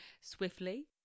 swiftly